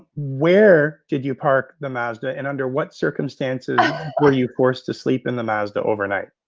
where did you park the mazda, and under what circumstances were you forced to sleep in the mazda overnight?